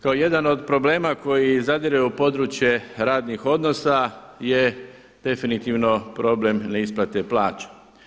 Kao jedan od problema koji zadire u područje radnih odnosa je definitivno problem neisplate plaća.